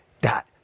dot